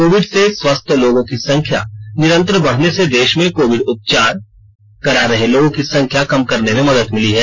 Covid से स्वस्थ लोगों की संख्या निरंतर बढ़ने से देश में कोविड उपचार करा रहे लोगों की संख्या कम करने में मदद मिली है